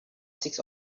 six